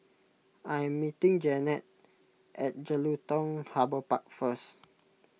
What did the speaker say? I am meeting Jeanetta at Jelutung Harbour Park First